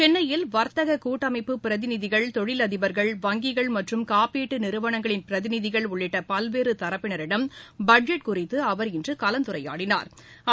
சென்னையில் வர்த்தக கூட்டமைப்பு பிரதிநிதிகள் தொழிலதிபர்கள் வங்கிகள் மற்றம் காப்பீடு நிறுவனங்களின் பிரதிநிதிகள் உள்ளிட்ட பல்வேறு தரப்பினரிடம் பட்ஜெட் குறித்து அவர் இன்று கலந்துரையாடினா்